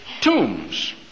tombs